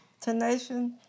tenacious